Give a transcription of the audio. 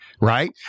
right